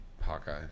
Hawkeye